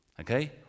Okay